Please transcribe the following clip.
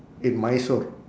in mysore